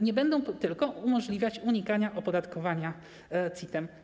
Nie będą tylko umożliwiać unikania opodatkowania CIT-em.